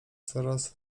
coraz